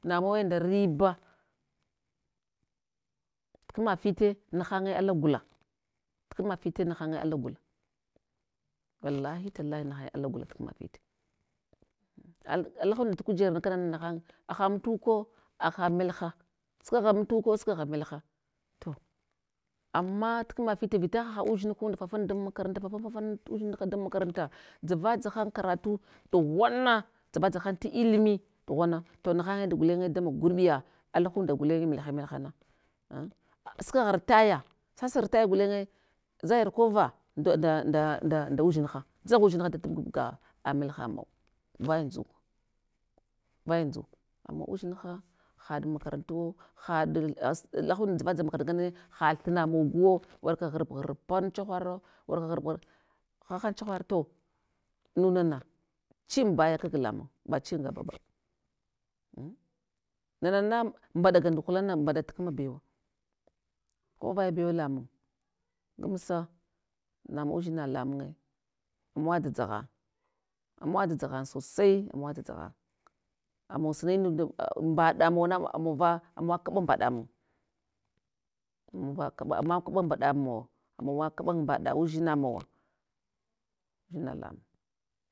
Namawe nda riba, tkma fite nahanye ala gula, tkma fite nahanye ala gula. Wallahi tallahi nahanye ala gula tkma fite al alahunda tukujerana kanana, nahan haha amtuko, haha melha, haha amtuko sukwagha melha, to ama tu kma fite vita haha udzinhunda fafan dan makaranta fafan fan tudzinha da makaranta dzava dzahan karatu, dughana, dzavadzahan ti ilmi, ɗughana to nahanye du gulenye damog girbiya alahunda gulen melha melhana, an sukwagha retire, sasa retire gulenye dzagiv kova udzinha, dzagha udzinha tukub ga melhamawa, vaya ndzuk, vaya ndzuk, ama udzinha haɗ makarantuwo haɗilas lahunda jamajama makaranta ngane, ha thina moguwo, warka ghurp ghurpa han chahavow, warka ghurp, ghurpa han chahavto munana, chin baya kag lamung, ba chin gaba ba, un na na na mɓaɗa gunduhulan mɓaɗa gatkina bewa, ko vaya bewa lamun. Gamsa namau udzina lamunye, amawa dza ghan amawa dza ghan sosai amawa dza ghan, amou sunanun da a mbaɗamana na am amawava, amawa kaɓa mɓaɗa mun muva kaɓa ama kaɓa mɓaɗa munwo, ama kaɓa mɓaɗa udzinamawa, ama lamun.